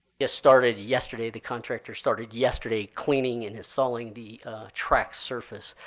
it started yesterday. the contractor started yesterday cleaning and is sowing the track's surface.